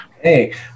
Hey